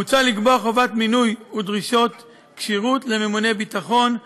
מוצע לקבוע חובת מינוי ודרישות כשירות לממונה ביטחון,